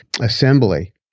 assembly